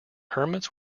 hermits